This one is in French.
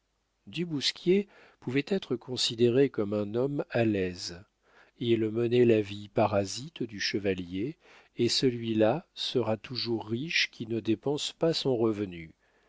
du bousquier pouvait être considéré comme un homme à l'aise il menait la vie parasite du chevalier et celui-là sera toujours riche qui ne dépense pas son revenu